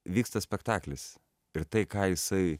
vyksta spektaklis ir tai ką jisai